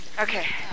Okay